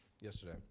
yesterday